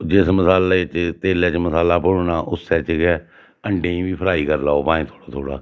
जिस मलालै च तेलै च मसाला भुन्नना उस्सै च गै अण्डें गी बी फ्राई करी लैओ भाएं थोह्ड़ा थोह्ड़ा